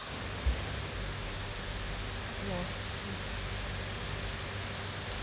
yeah please